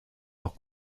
noch